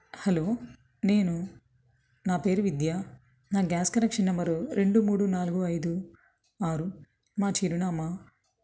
hello నేను నా పేరు విద్య నా గ్యాస్ కనెక్షన్ నెంబరు రెండు మూడు నాలుగు ఐదు ఆరు మా చిరునామా